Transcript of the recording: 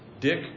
Dick